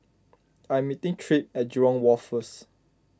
I am meeting Tripp at Jurong Wharf first